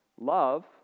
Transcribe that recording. Love